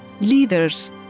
leaders